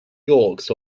yolks